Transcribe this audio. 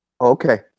Okay